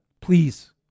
please